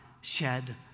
shed